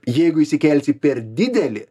jeigu įsikelsi per didelį